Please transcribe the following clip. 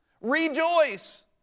Rejoice